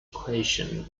equation